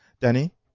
Danny